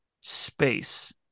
space